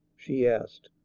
she asked.